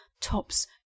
tops